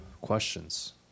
questions